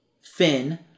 Finn